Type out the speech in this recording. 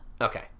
Okay